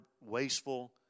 wasteful